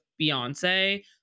Beyonce